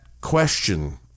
question